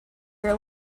her